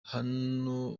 hano